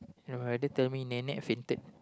my brother tell me nenek fainted